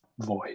void